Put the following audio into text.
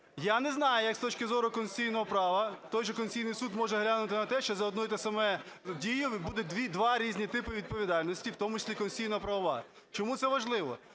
Я не знаю, як з точки зору конституційного права той же Конституційний Суд може глянути на те, що за одну і ту ж саму дію буде два різні типи відповідальності, в тому числі конституційно-правова. Чому це важливо?